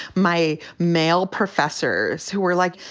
my male professors who were like,